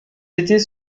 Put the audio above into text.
étés